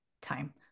time